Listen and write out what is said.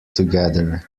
together